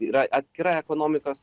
yra atskira ekonomikos